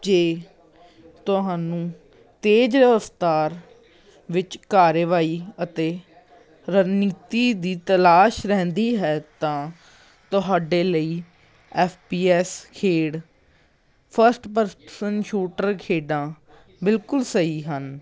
ਜੇ ਤੁਹਾਨੂੰ ਤੇਜ਼ ਰਫਤਾਰ ਵਿੱਚ ਕਾਰਵਾਈ ਅਤੇ ਰਣਨੀਤੀ ਦੀ ਤਲਾਸ਼ ਰਹਿੰਦੀ ਹੈ ਤਾਂ ਤੁਹਾਡੇ ਲਈ ਐਫ ਪੀ ਐਸ ਖੇਡ ਫਸਟ ਪਰਸਨ ਸ਼ੂਟਰ ਖੇਡਾਂ ਬਿਲਕੁਲ ਸਹੀ ਹਨ